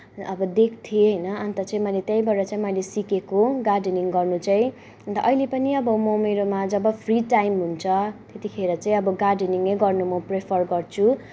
अब देख्थेँ होइन अन्त चाहिँ मैले त्यहीँबाट चाहिँ मैले सिकेको गार्डनिङ गर्नु चाहिँ अन्त अहिले पनि अब म मेरोमा जब फ्री टाइम हुन्छ त्यतिखेर चाहिँ अब गार्डनिङै गर्न म प्रिफर गर्छु